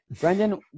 Brendan